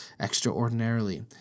extraordinarily